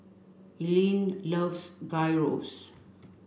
Ilene loves Gyros